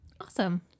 Awesome